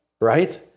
right